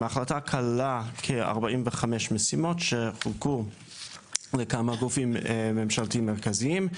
ההחלטה כללה כ-45 משימות שחולקו לכמה גופים ממשלתיים מרכזיים,